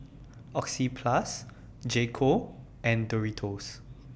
Oxyplus J Co and Doritos